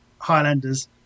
Highlanders